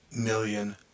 million